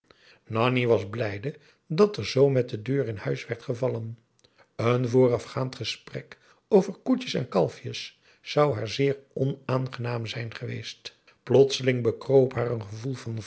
nanni was blijde dat er zoo met de deur in huis werd gevallen een voorafgaand gesprek over koetjes en kalfjes zou haar zeer onaangenaam zijn geweest plotseling bekroop haar een gevoel van